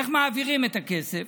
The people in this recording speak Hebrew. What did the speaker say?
איך מעבירים את הכסף?